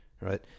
right